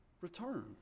Return